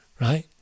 Right